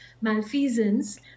malfeasance